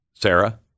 Sarah